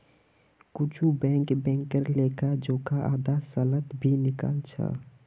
कुछु बैंक बैंकेर लेखा जोखा आधा सालत भी निकला छ